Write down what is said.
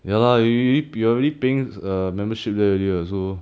ya lah you already you are already paying a membership there already [what] so